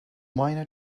not